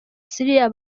syria